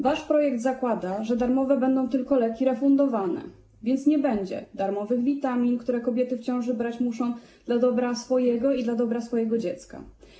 Wasz projekt zakłada, że darmowe będą tylko leki refundowane, więc nie będzie darmowych witamin, które kobiety w ciąży muszą brać dla dobra swojego i dla dobra swojego dziecka.